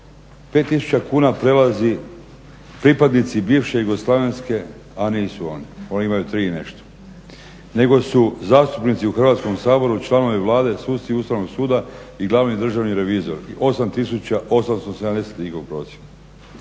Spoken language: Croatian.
5000 kuna prelazi pripadnici bivše jugoslavenske, a nisu oni, oni imaju 3 i nešto. Nego su zastupnici u Hrvatskom saboru, članovi Vlade, suci Ustavnog suda i glavni državni revizor 8870